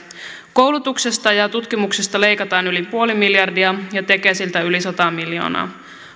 koulutuksesta ja tutkimuksesta leikataan yli puoli miljardia ja tekesiltä yli sata miljoonaa